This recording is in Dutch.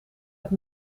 het